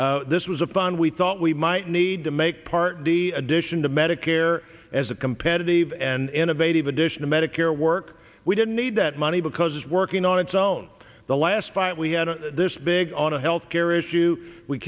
had this was a fund we thought we might need to make part d addition to medicare as a competitive and innovative addition to medicare work we didn't need that money because working on its own the last fight we had this big on a health care issue we